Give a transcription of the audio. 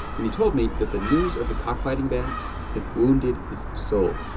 and he told me that the news of the cockfighting ban had wounded his soul.